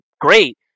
great